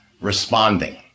responding